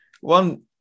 one